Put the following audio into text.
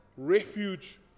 Refuge